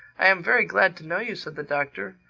i am very glad to know you, said the doctor.